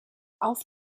auf